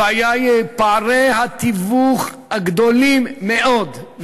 הבעיה היא פערי התיווך, שהם גדולים מאוד.